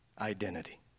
Identity